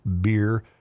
beer